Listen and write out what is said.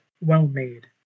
well-made